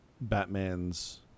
Batman's